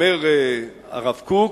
אומר הרב קוק: